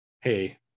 hey